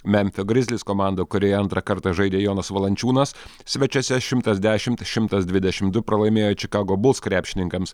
memfio grizlis komanda kurioje antrą kartą žaidė jonas valančiūnas svečiuose šimtas dešimt šimtas dvidešimt du pralaimėjo čikago buls krepšininkams